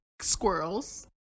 squirrels